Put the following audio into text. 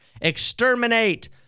exterminate